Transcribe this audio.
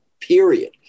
period